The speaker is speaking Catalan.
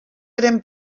eren